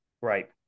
Right